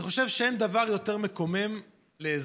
אני חושב שאין דבר יותר מקומם לאזרח